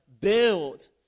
build